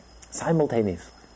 Simultaneously